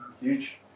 huge